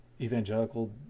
evangelical